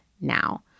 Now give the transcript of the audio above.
now